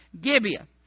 Gibeah